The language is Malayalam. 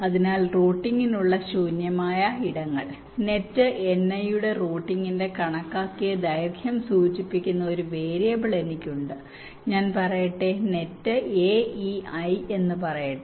അതിനാൽ റൂട്ടിംഗിനുള്ള ശൂന്യമായ ഇടങ്ങൾ നെറ്റ് Ni യുടെ റൂട്ടിംഗിന്റെ കണക്കാക്കിയ ദൈർഘ്യം സൂചിപ്പിക്കുന്ന ഒരു വേരിയബിൾ എനിക്ക് ഉണ്ട് ഞാൻ പറയട്ടെ ആദ്യത്തെ നെറ്റ് aei എന്ന് പറയട്ടെ